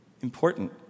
important